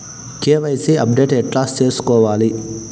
KYC update ఎట్లా సేసుకోవాలి?